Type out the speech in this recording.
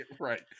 Right